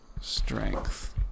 strength